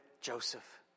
Joseph